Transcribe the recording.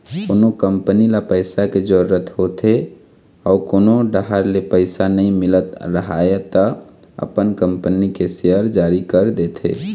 कोनो कंपनी ल पइसा के जरूरत होथे अउ कोनो डाहर ले पइसा नइ मिलत राहय त अपन कंपनी के सेयर जारी कर देथे